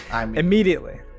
Immediately